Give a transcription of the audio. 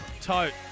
tote